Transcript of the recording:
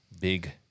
big